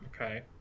Okay